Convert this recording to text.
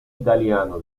italiano